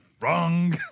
Wrong